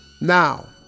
Now